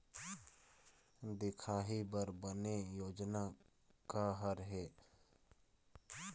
दिखाही बर बने योजना का हर हे?